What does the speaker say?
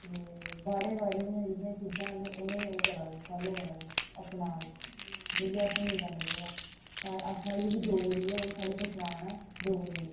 ते बाह्रें बाह्रें दियां चीजां न ते उ'नें ई ओह् करा दे फालो करै दे अपना दे जो कि असें नेईं करना चाहिदा साढ़ी जेहकी डोगरी ऐ ओह् साढ़ी पशान ऐ डोगरे दी